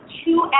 two